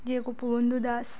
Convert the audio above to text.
ଯିଏ ଗୋପବନ୍ଧୁ ଦାସ